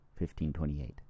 1528